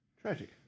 Tragic